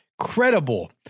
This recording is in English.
credible